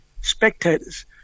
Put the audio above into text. spectators